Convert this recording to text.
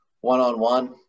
one-on-one